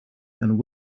and